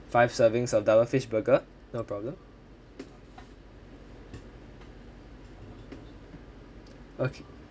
five servings of double fish burger no problem okay